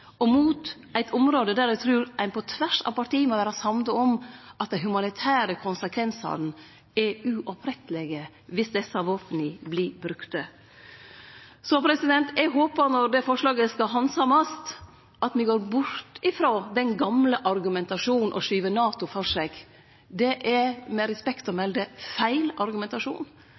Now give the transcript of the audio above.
og mot eit område der eg trur ein på tvers av parti må vere samde om at dei humanitære konsekvensane er uopprettelege dersom desse våpna vert brukte. Så eg håpar at me, når det forslaget skal handsamast, går bort frå den gamle argumentasjonen der ein skyver NATO framfor seg – det er med respekt å melde feil argumentasjon